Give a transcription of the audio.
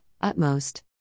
Utmost